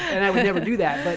and i would ever do that.